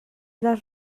les